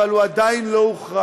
אבל הוא עדיין לא הוכרע.